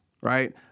right